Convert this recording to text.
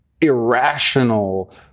irrational